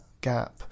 gap